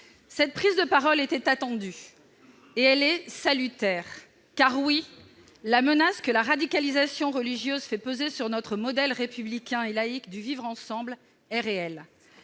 Cette prise de parole était attendue et elle est salutaire, car, oui, la menace que la radicalisation religieuse fait peser sur notre modèle républicain et laïc de vivre-ensemble est réelle.